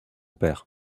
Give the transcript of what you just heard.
père